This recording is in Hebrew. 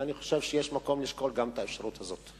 ואני חושב שיש מקום לשקול גם את האפשרות הזאת.